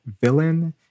Villain